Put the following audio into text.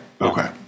okay